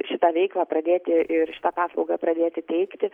šitą veiklą pradėti ir šitą paslaugą pradėti teikti